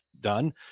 done